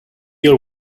your